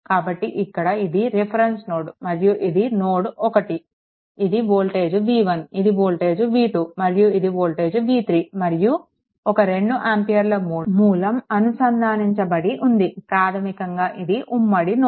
కాబట్టి ఇక్కడ ఇది రిఫరెన్స్ నోడ్ మరియు ఇది నోడ్ 1 ఇది వోల్టేజ్ v1 ఇది వోల్టేజ్ v2 మరియు ఇది వోల్టేజ్ v3 మరియు ఒక 2 ఆంపియర్ మూలం అనుసంధానించబడి ఉంది ప్రాథమికంగా ఇది ఉమ్మడి నోడ్